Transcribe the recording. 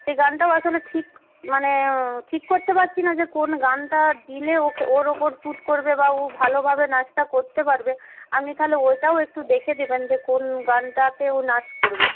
সেই গানটাও আসলে ঠিক মানে ঠিক করতে পারছি না যে কোন গানটা দিলে ওকে ওর উপর স্যুট করবে বা ও ভালোভাবে নাচটা করতে পারবে আপনি তাহলে ওইটাও একটু দেখে দেবেন যে কোন গানটাতে ও নাচ করবে